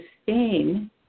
sustain